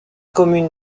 commune